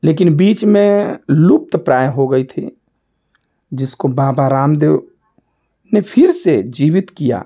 लेकिन बीच में लुप्त प्रायः हो गई थी जिसको बाबा रामदेव ने फ़िर से जीवित किया